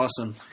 awesome